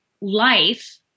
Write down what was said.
life